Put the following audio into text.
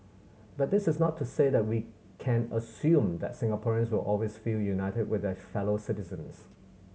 but this is not to say that we can assume that Singaporeans will always feel united with their fellow citizens